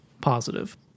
positive